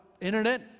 Internet